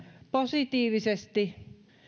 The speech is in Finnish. positiivisesti